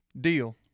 Deal